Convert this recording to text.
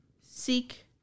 seek